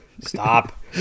Stop